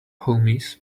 homies